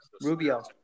Rubio